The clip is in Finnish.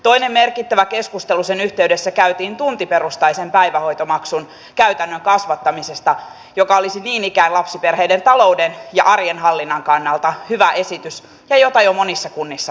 toinen merkittävä keskustelu sen yhteydessä käytiin tuntiperustaisen päivähoitomaksun käytännön kasvattamisesta joka olisi niin ikään lapsiperheiden talouden ja arjen hallinnan kannalta hyvä esitys ja jota jo monissa kunnissa kokeillaan